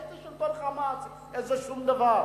איזה שלטון "חמאס", איזה, שום דבר.